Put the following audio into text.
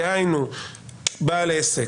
דהיינו בעל עסק,